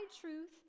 truth